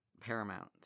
paramount